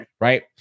right